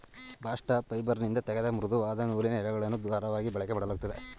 bast ಫೈಬರ್ನಿಂದ ತೆಗೆದ ಮೃದುವಾದ ನೂಲಿನ ಎಳೆಗಳನ್ನು ದಾರವಾಗಿ ಬಳಕೆಮಾಡಲಾಗುತ್ತದೆ